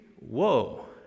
Whoa